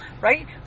right